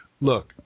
look